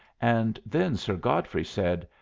and then sir godfrey said,